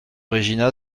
regina